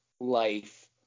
life